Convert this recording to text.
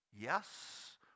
yes